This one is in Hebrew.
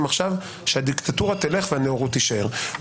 על מנת שהדיקטטורה תלך והנאורות תישאר,